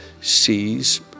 sees